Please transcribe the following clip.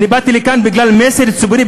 אני באתי לכאן בגלל מסר ציבורי,